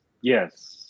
Yes